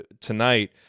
tonight